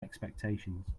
expectations